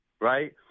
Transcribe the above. right